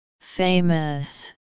Famous